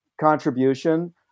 contribution